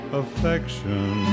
affection